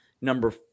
Number